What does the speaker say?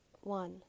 One